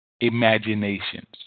imaginations